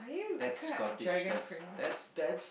that's Scottish that's that's that's